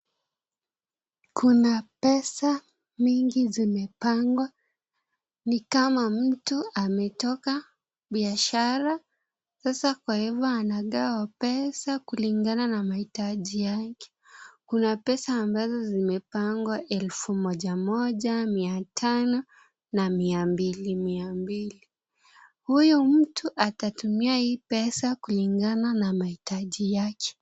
Kuna pesa mingi zimepangwa ni kama mtu amtetoka biashara ,sasa kwa hivo amepanga pesa kulingana na mahitaji yake. Kuna pesa ambazo zimepangwa 1,000, 500 na 200. Huyu mtu atatumia hii pesa kulingana na mahitaji yake.